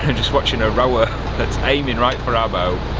and just watching a rower that's aiming right for our